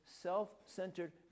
self-centered